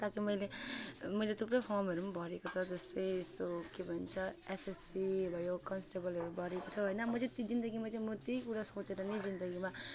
र त मैले मैले थुप्रै फर्महरू पनि भरेको छ जस्तै यस्तो के भन्छ एसएससी भयो कन्स्टेबलहरू भरेको थियो होइन मैले त्यो जिन्दगीमा चाहिँ म त्यही कुरा सोचेर नै जिन्दगीमा